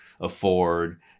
afford